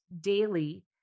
daily